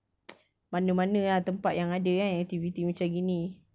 mana mana ah tempat yang ada kan activity macam gini